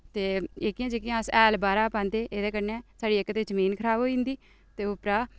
ते एह्कियां जेह्कियां अस हैल बाह्रा पांदे एह्दे कन्नै साढ़ी इक ते जमीन खराब होई जंदी ते उप्परा दा